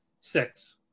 six